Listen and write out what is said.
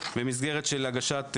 במסגרת הגשת תלונה.